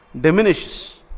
diminishes